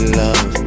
love